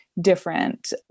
different